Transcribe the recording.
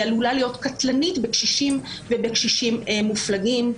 היא עלולה להיות קטלנית בקשישים ובקשישים מופלגים.